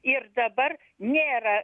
ir dabar nėra